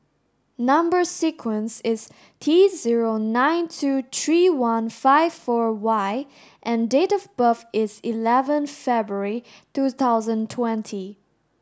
number sequence is T zero nine two three one five four Y and date of birth is eleven February two thousand twenty